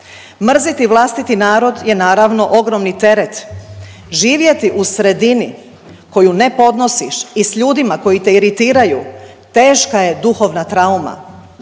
Mrziti vlastiti narod je naravno ogromni teret. Živjeti u sredini koju ne podnosiš i sa ljudima koji te iritiraju teška je duhovna trauma.